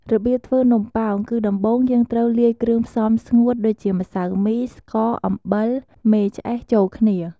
របៀបធ្វើនំប៉ោង គឺដំបូងយើងត្រូវលាយគ្រឿងផ្សំស្ងួតដូចជា ម្សៅមី ស្ករ អំបិល មេឆ្អេះ ចូលគ្នា។